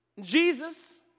Jesus